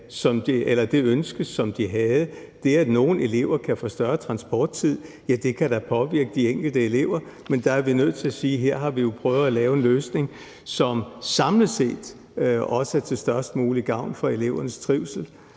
opfyldt det ønske, som de havde. Det, at nogle elever kan få længere transporttid, kan da påvirke de enkelte elever, men der er vi nødt til at sige, at vi her har prøvet at lave en løsning, som samlet set også er til størst mulig gavn for elevernes trivsel.